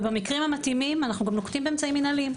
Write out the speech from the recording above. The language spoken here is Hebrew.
במקרים המתאימים אנחנו גם נוקטים אמצעים מנהליים.